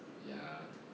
ya